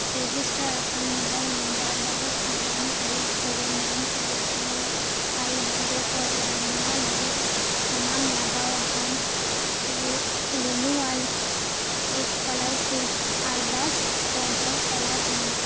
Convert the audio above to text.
register ᱟᱠᱟᱱ mobile number ᱮᱭᱟᱭ ᱮᱭᱟᱭ ᱤᱨᱟᱹᱞ ᱮᱭᱟᱭ ᱟᱨᱮ ᱢᱚᱲᱮ ᱯᱮ ᱢᱚᱲᱮ ᱥᱩᱱᱱ ᱯᱳᱱ ᱢᱤᱫ ᱱᱚᱣᱟ ᱞᱟᱹᱜᱤᱫ ᱥᱟᱱᱟᱢ ᱞᱟᱜᱟᱣ ᱟᱠᱟᱱ ᱨᱤᱱᱩᱣᱟᱞ ᱮᱥᱠᱚᱞᱟᱨᱥᱤᱯ ᱟᱨᱫᱟᱥ ᱠᱚᱫᱚ ᱛᱚᱞᱟᱥ ᱢᱮ